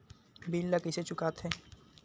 bill ला कइसे चुका थे